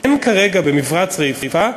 אין כרגע במפרץ חיפה